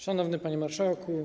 Szanowny Panie Marszałku!